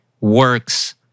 works